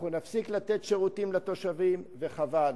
אנחנו נפסיק לתת שירותים לתושבים, וחבל.